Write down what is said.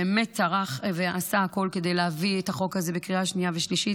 באמת טרח ועשה הכול כדי להביא את החוק הזה בקריאה שנייה ושלישית,